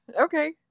Okay